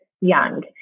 young